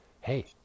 hey